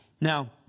Now